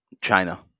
China